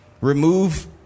remove